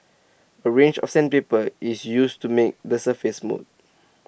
A range of sandpaper is used to make the surface smooth